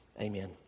Amen